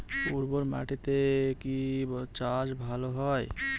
উর্বর মাটিতে কি চাষ ভালো হয়?